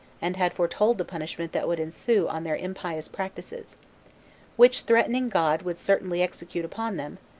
and had foretold the punishment that would ensue on their impious practices which threatening god would certainly execute upon them,